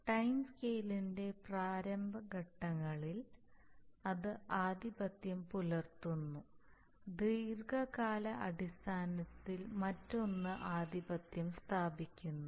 time സ്കെയിലിന്റെ പ്രാരംഭ ഘട്ടങ്ങളിൽ ഇത് ആധിപത്യം പുലർത്തുന്നു ദീർഘകാലാടിസ്ഥാനത്തിൽ മറ്റൊന്ന് ആധിപത്യം സ്ഥാപിക്കുന്നു